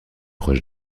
proche